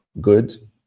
good